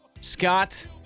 Scott